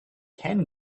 ken